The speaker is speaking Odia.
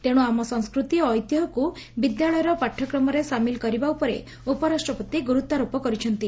ତେଣ୍ ଆମ ସଂସ୍କୃତି ଓ ଐତିହ୍ୟକୁ ବିଦ୍ୟାଳୟର ପାଠ୍ୟକ୍ରମରେ ସାମିଲ କରିବା ଉପରେ ଉପରାଷ୍ଟପତି ଗୁରୁତ୍ୱାରୋପ କରିଛନ୍ତି